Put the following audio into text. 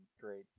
great